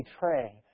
betray